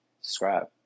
subscribe